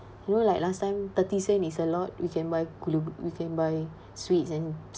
you know like last time thirty cent is a lot we can buy gul~ we can buy sweets and